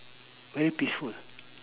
very peaceful